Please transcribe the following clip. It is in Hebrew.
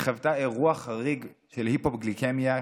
היא חוותה אירוע חריג של היפוגליקמיה,